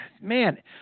man